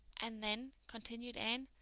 and then, continued anne,